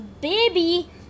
baby